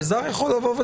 האזרח לומר: